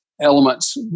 elements